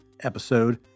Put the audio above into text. episode